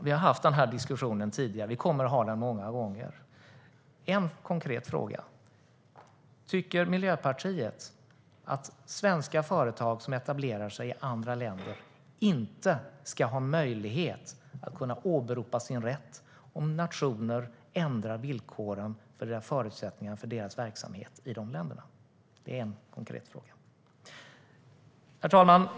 Vi har haft denna diskussion tidigare, och vi kommer att ha den många gånger. En konkret fråga: Tycker Miljöpartiet att svenska företag som etablerar sig i andra länder inte ska ha möjlighet att kunna åberopa sin rätt om nationer ändrar villkoren eller förutsättningarna för deras verksamhet i de länderna? Det är en konkret fråga. Herr talman!